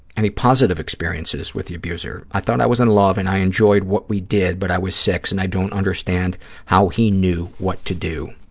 and positive experiences with the abuser? i thought i was in love and i enjoyed what we did, but i was six and i don't understand how he knew what to do.